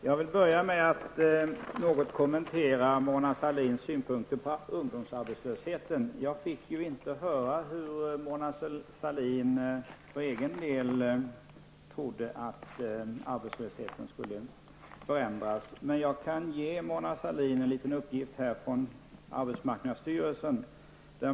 Fru talman! Jag vill något kommentera Mona Sahlins synpunkter på ungdomsarbetslösheten. Nu fick jag inte höra hur Mona Sahlin för egen del trodde att arbetslösheten skulle förändras, men jag kan ge Mona Sahlin en uppgift från arbetsmarknadsstyrelsen.